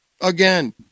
again